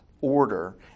order